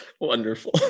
Wonderful